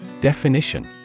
Definition